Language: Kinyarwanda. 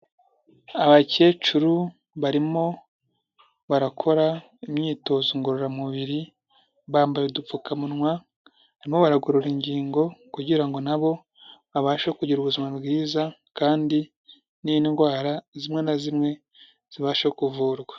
Abakecuru barimo barakora imyitozo ngororamubiri, bambaye udupfukamunwa, barimo baragorora ingingo kugira ngo na bo abashe kugira ubuzima bwiza kandi n'indwara zimwe na zimwe zibashe kuvurwa.